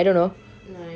then